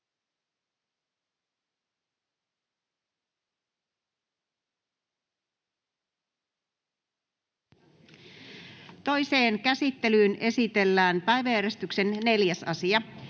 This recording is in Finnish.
Toiseen käsittelyyn esitellään päiväjärjestyksen 4. asia.